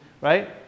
right